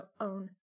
own